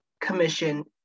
Commission